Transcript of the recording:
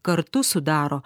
kartu sudaro